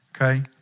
Okay